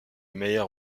meyer